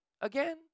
again